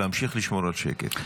להמשיך לשמור על שקט.